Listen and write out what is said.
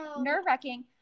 nerve-wracking